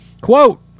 Quote